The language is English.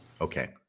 Okay